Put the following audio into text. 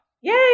Yay